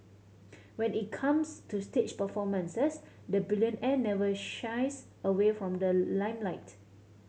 when it comes to stage performances the billionaire never shies away from the limelight